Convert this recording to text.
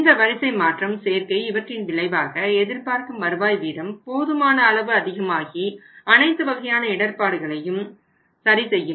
இந்த வரிசைமாற்றம் சேர்க்கை இவற்றின் விளைவாக எதிர்பார்க்கும் வருவாய் வீதம் போதுமான அளவு அதிகமாகி அனைத்து வகையான இடர்பாடுகளையும் சரி செய்யும்